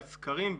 על סקרים,